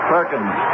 Perkins